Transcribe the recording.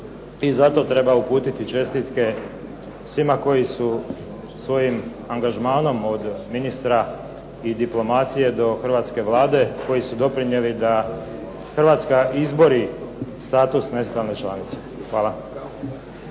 i zato treba uputiti čestitke svima koji su svojim angažmanom od ministra i diplomacije i hrvatske Vlade, koji su doprinijeli da Hrvatska izbori status nestalne članice. Hvala.